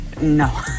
no